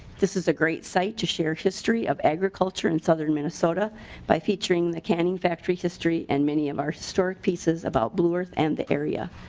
this is a great site to share history of agriculture in southern minnesota by featuring a canning factory in history and many of our historic pieces about blue earth and the air. yeah